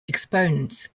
exponents